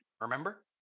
remember